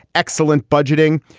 excellent budgeting.